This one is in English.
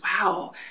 wow